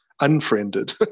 unfriended